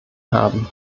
haben